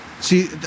See